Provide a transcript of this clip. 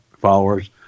followers